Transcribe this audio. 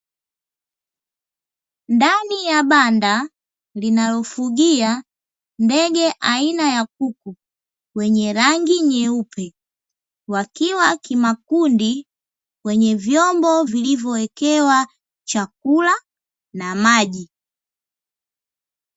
Ndani ya banda linalofugia ndege aina ya kuku wenye rangi nyeupe, wakiwa kimakundi kwenye vyombo vilivyowekewa chakula na maji.